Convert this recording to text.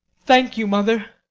thank you, mother.